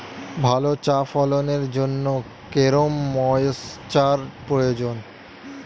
ভালো চা ফলনের জন্য কেরম ময়স্চার প্রয়োজন?